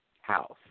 House